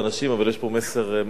אבל יש פה מסר מאוד חשוב.